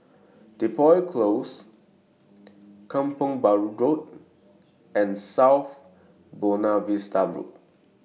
Depot Close Kampong Bahru Road and South Buona Vista Road